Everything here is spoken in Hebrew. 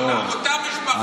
אותה משפחה.